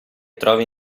trovi